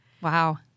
Wow